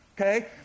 okay